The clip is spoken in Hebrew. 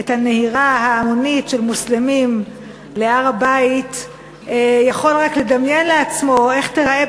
את הנהירה ההמונית של מוסלמים להר-הבית יכול רק לדמיין לעצמו איך תיראה,